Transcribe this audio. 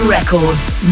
Records